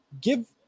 give